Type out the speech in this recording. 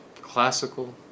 classical